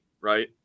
right